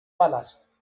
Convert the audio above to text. palast